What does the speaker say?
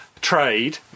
Trade